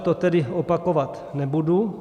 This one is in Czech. To tedy opakovat nebudu.